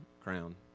Crown